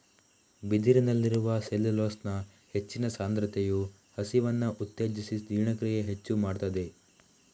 ಬಿದಿರಿನಲ್ಲಿರುವ ಸೆಲ್ಯುಲೋಸ್ನ ಹೆಚ್ಚಿನ ಸಾಂದ್ರತೆಯು ಹಸಿವನ್ನ ಉತ್ತೇಜಿಸಿ ಜೀರ್ಣಕ್ರಿಯೆ ಹೆಚ್ಚು ಮಾಡ್ತದೆ